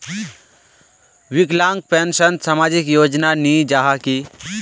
विकलांग पेंशन सामाजिक योजना नी जाहा की?